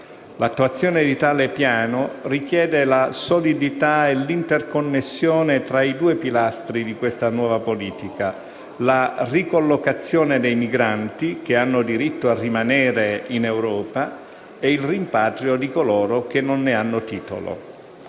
L'attuazione di tale piano richiede la solidità e l'interconnessione tra i due pilastri di questa nuova politica: la ricollocazione dei migranti che hanno diritto a rimanere in Europa e il rimpatrio di coloro che non ne hanno titolo.